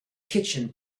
kitchen